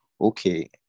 okay